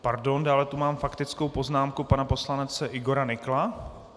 Pardon, dále tu mám faktickou poznámku pana poslance Igora Nykla.